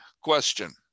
question